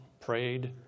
prayed